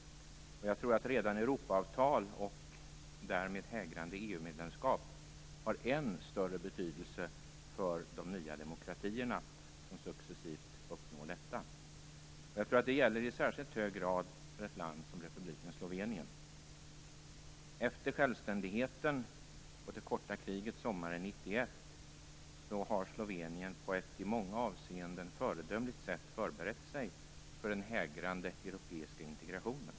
Jag tror att redan Europaavtal, och därmed hägrande EU-medlemskap, har än större betydelse för de nya demokratier som successivt uppnår detta. Det gäller, tror jag, i särskilt hög grad ett land som republiken Slovenien. Efter självständigheten och det korta kriget sommaren 1991, har Slovenien på ett i många avseenden föredömligt sätt förberett sig på den hägrande europeiska integrationen.